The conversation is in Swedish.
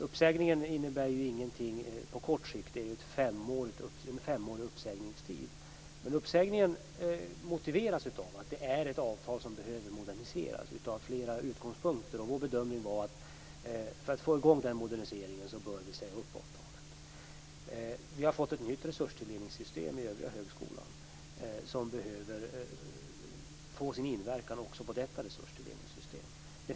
Uppsägningen innebär ingenting på kort sikt - det har en femårig uppsägningstid - men uppsägningen är motiverad av att avtalet från flera utgångspunkter behöver moderniseras. Vår bedömning var att vi för att få i gång den moderniseringen bör säga upp avtalet. Vi har för de övriga högskolorna fått ett nytt resurstilldelningssystem, som behöver få inverkan också på detta resursfördelningssystem.